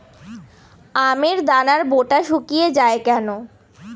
আমের দানার বোঁটা শুকিয়ে য়ায় কেন?